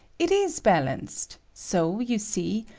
it is balanced so, you see,